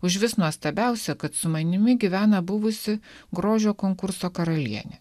užvis nuostabiausia kad su manimi gyvena buvusi grožio konkurso karalienė